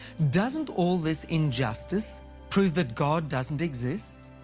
doesn't all this injustice prove that god doesn't exist?